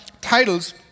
titles